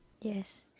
Yes